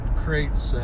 creates